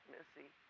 Missy